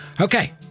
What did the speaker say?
Okay